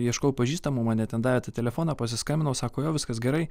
ieškojau pažįstamų mane ten davė tą telefoną pasiskambinau sako jo viskas gerai